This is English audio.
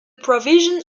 provision